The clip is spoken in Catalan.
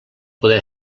poder